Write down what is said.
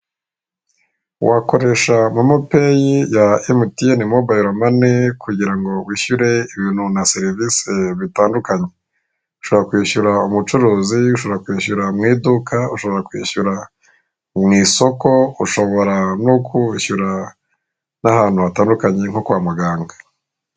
Wakoresha momo peyi ya emutiyeni mobile mani kigirango wishyure ibintu na serivise bitandukanye, ushobora kwishyura umucuruzi, ushobora kwishyura mu iduka ushobora kwishyura mu isoko ishobora no kwishyura n'ahantu hatandukanye nko kwa muganga.